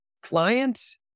clients